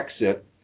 exit